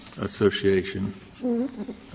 Association